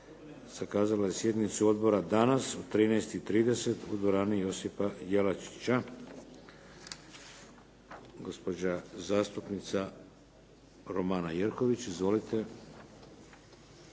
zakazala je sjednicu odbora danas u 13,30 u dvorani Josipa Jelačića. Gospođa zastupnica Romana Jerković. Izvolite.